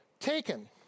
Taken